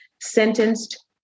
sentenced